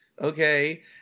Okay